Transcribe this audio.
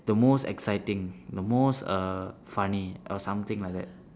the most exciting the most err funny or something like that